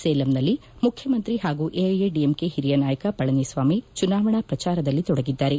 ಸೇಲಂನಲ್ಲಿ ಮುಖ್ಯಮಂತ್ರಿ ಪಾಗೂ ಎಐಎಡಿಎಂಕೆ ಓರಿಯ ನಾಯಕ ಪಳನಿ ಸ್ವಾಮಿ ಚುನಾವಣಾ ಪ್ರಜಾರದಲ್ಲಿ ತೊಡಗಿದ್ದಾರೆ